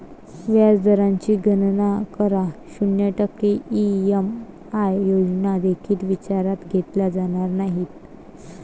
व्याज दराची गणना करा, शून्य टक्के ई.एम.आय योजना देखील विचारात घेतल्या जाणार नाहीत